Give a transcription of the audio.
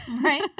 Right